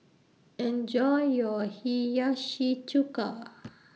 Enjoy your Hiyashi Chuka